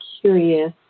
curious